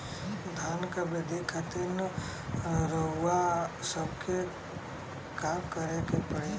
धान क वृद्धि खातिर रउआ सबके का करे के पड़ी?